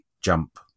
jump